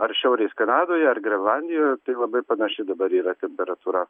ar šiaurės kanadoje ar grenlandijoje tai labai panaši dabar yra temperatūra